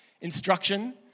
Instruction